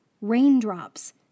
raindrops